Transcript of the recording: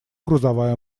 грузовая